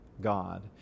God